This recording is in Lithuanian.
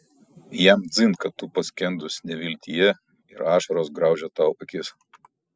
jam dzin kad tu paskendus neviltyje ir ašaros griaužia tau akis